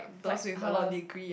but her